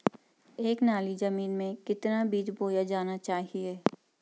एक नाली जमीन में कितना बीज बोया जाना चाहिए?